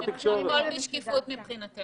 יש הבדל בין הפן האפידמיולוגי לבין הפן כלכלי,